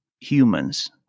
humans